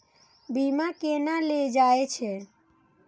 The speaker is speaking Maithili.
बीमा केना ले जाए छे?